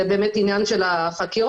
זה באמת עניין של החקירות,